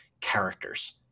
characters